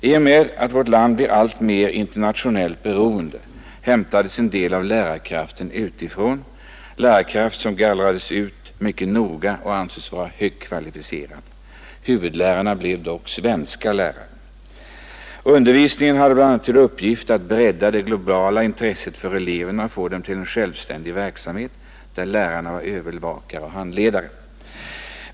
Med tanke på att vårt land blir alltmer internationellt beroende hämtades en del av lärarkrafterna utifrån — lärare som gallrades ut mycket noga och måste anses vara högt kvalificerade. Huvudlärare blev dock svenska lärare. Undervisningen hade bl.a. till uppgift att bredda det globala intresset hos eleverna och att få dem till självständig verksamhet, där lärarna är övervakare och handledare.